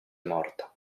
morta